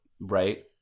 Right